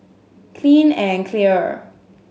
Clean and Clear